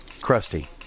crusty